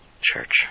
church